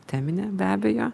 teminė be abejo